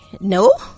no